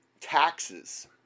taxes